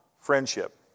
friendship